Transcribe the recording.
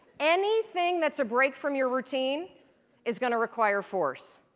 anything that's a break from your routine is going to require force.